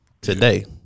today